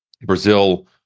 brazil